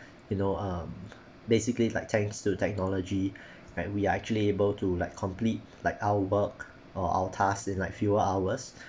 you know um basically like thanks to technology like we are actually able to like complete like out work or out task in like fewer hours